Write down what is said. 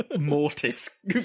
Mortis